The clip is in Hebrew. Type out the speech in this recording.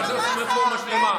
ועל זה עושים רפורמה שלמה.